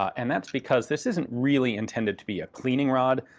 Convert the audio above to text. and that's because this isn't really intended to be a cleaning rod.